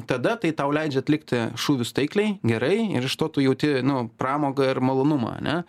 tada tai tau leidžia atlikti šūvius taikliai gerai ir iš to tu jauti nu pramogą ir malonumą ane